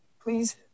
please